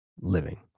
living